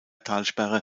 talsperre